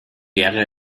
wäre